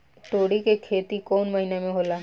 तोड़ी के खेती कउन महीना में होला?